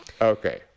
Okay